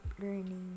learning